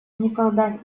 никогда